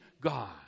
God